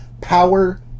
Power